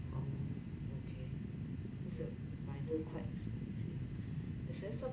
oh okay so rider quite expensive is there some